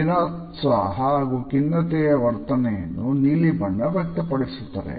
ನಿರುತ್ಸಾಹ ಹಾಗೂ ಖಿನ್ನತೆಯ ವರ್ತನೆಯನ್ನು ನೀಲಿ ಬಣ್ಣ ವ್ಯಕ್ತಪಡಿಸುತ್ತದೆ